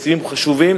ותקציבים חשובים,